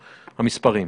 המספרים.